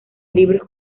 libros